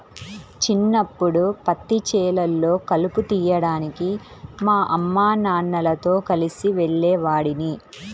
చిన్నప్పడు పత్తి చేలల్లో కలుపు తీయడానికి మా అమ్మానాన్నలతో కలిసి వెళ్ళేవాడిని